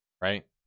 right